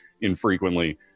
infrequently